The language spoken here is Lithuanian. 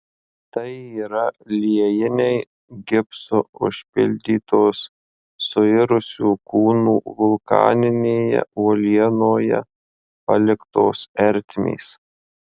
tai yra liejiniai gipsu užpildytos suirusių kūnų vulkaninėje uolienoje paliktos ertmės